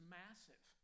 massive